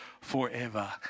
forever